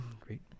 Great